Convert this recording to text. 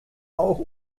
auch